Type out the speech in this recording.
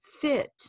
fit